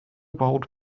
bowled